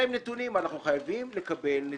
אנחנו חייבים לקבל נתונים,